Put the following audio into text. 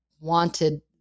wanted